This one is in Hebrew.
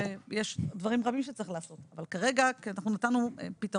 שיש לי את הדעות שלי ואת המידע שלי על כל מה שקשור